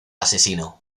asesino